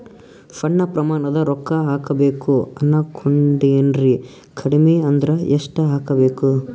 ಸಣ್ಣ ಪ್ರಮಾಣದ ರೊಕ್ಕ ಹಾಕಬೇಕು ಅನಕೊಂಡಿನ್ರಿ ಕಡಿಮಿ ಅಂದ್ರ ಎಷ್ಟ ಹಾಕಬೇಕು?